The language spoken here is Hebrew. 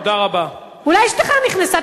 אולי אשתך נכנסה.